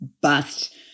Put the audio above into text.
bust